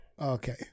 Okay